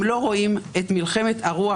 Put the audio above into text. הם לא רואים את מלחמת הרוח,